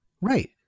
Right